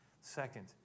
Second